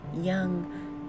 young